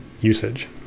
usage